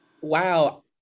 wow